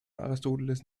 aristoteles